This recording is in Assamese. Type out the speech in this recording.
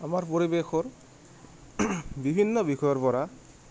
আমাৰ পৰিৱেশৰ বিভিন্ন বিষয়ৰ পৰা